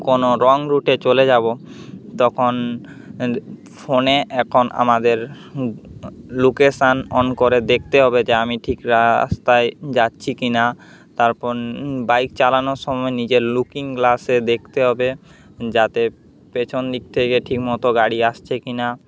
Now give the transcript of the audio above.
কোনো রঙ রুটে চলে যাবো তখন ফোনে এখন আমাদের লোকেশান অন করে দেখতে হবে যে আমি ঠিক রাস্তায় যাচ্ছি কি না তারপর বাইক চালানোর সময় নিজের লুকিং গ্লাসে দেখতে হবে যাতে পেছন দিক থেকে ঠিক মতো গাড়ি আসছে কি না